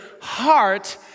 heart